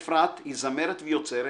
אפרת היא זמרת ויוצרת,